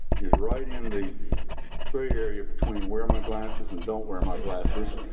is right in the gray area between wear my glasses and don't wear my glasses.